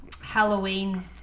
Halloween